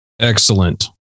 Excellent